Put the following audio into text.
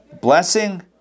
blessing